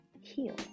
heal